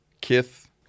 Kith